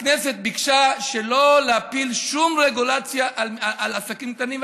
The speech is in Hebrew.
הכנסת ביקשה שלא להפיל שום רגולציה על עסקים קטנים,